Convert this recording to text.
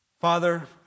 Father